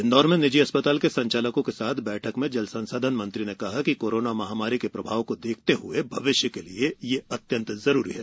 इंदौर में निजी अस्पताल के संचालकों के साथ बैठक में जल संसाधन मंत्री ने कहा कि कोरोना महामारी के प्रभाव को देखते हुए भविष्य के लिए यह अत्यंत जरूरी है